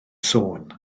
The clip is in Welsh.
sôn